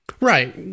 right